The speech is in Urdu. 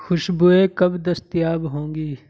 خوشبوئیں کب دستیاب ہوں گی